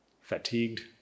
fatigued